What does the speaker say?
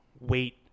wait